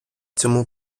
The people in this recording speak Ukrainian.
цьому